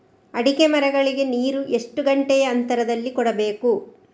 ಅಡಿಕೆ ಮರಗಳಿಗೆ ನೀರು ಎಷ್ಟು ಗಂಟೆಯ ಅಂತರದಲಿ ಕೊಡಬೇಕು?